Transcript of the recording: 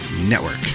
network